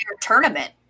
tournament